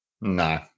No